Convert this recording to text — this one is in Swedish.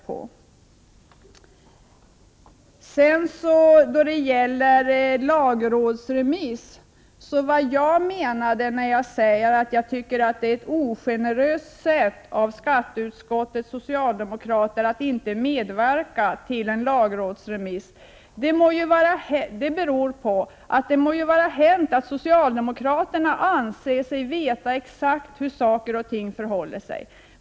När det sedan gäller frågan om lagrådsremiss menade jag att det är ogeneröst av skatteutskottets socialdemokrater att inte medverka till en 139 lagrådsremiss. Det må vara hänt att socialdemokraterna exakt anser sig veta hur saker och ting förhåller sig.